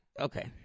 okay